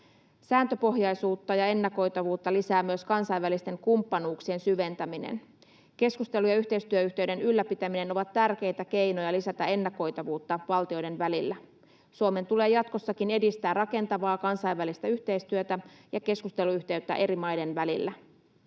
Sääntöpohjaisuutta ja ennakoitavuutta lisää myös kansainvälisten kumppanuuksien syventäminen. Keskustelu- ja yhteistyöyhteyden ylläpitäminen on tärkeä keino lisätä ennakoitavuutta valtioiden välillä. Suomen tulee jatkossakin edistää rakentavaa kansainvälistä yhteistyötä ja keskusteluyhteyttä eri maiden välillä.